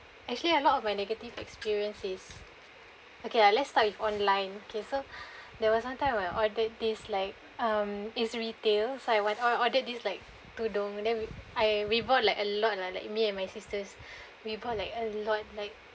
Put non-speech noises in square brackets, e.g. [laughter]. actually a lot of my negative experience is okay lah let's start with online so [breath] there was one time I ordered this like um it's retail so I went or~ ordered these like tudung and then we I we bought like a lot lah like me and my sisters [laughs] we bought like a lot like